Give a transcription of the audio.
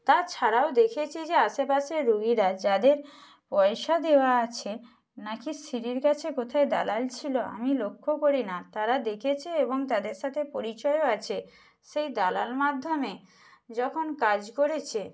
তাছাড়াও দেখেছি যে আশেপাশের রোগীরা যাদের পয়সা দেওয়া আছে নাকি সিঁড়ির কাছে কোথায় দালাল ছিল আমি লক্ষ্য করি না তারা দেখেছে এবং তাদের সাথে পরিচয়ও আছে সেই দালাল মাধ্যমে যখন কাজ করেছে